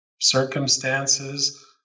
circumstances